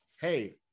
hey